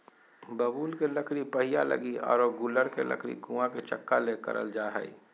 बबूल के लकड़ी पहिया लगी आरो गूलर के लकड़ी कुआ के चकका ले करल जा हइ